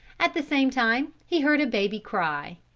at the same time he heard a baby cry.